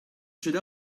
should